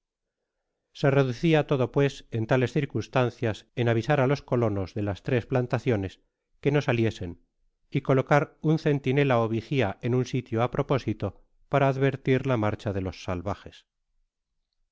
se reducia todo pues en tales circunstancias en avisar á los colonos de las tres plantaciones que no saliesen y colocar uu centinela ó vigia en nu sitio á propósito para advertir la marcha de los salvajes